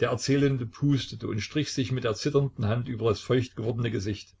der erzählende pustete und strich sich mit der zitternden hand über das feucht gewordene gesicht